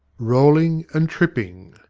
roll ing and tripping,